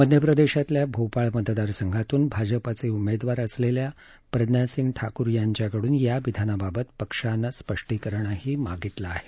मध्यप्रदेशातल्या भोपाळ मतदारसंघातून भाजपा उमेदवार असलेल्या प्रज्ञा ठाकूर यांच्याकडून या विधानाबाबत पक्षानं स्पष्टीकरणही मागीतलं आहे